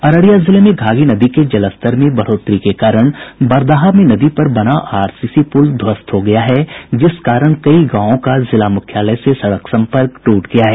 अररिया जिले में घाघी नदी के जलस्तर में बढ़ोतरी के कारण बरदाहा में नदी पर बना आरसीसी पुल ध्वस्त हो गया है जिस कारण कई गांवों का जिला मुख्यालय से सड़क सम्पर्क टूट गया है